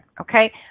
okay